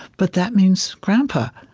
but that means grandpa,